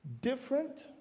Different